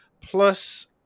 Plus